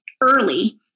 early